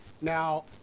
Now